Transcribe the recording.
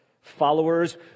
followers